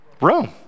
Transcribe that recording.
Rome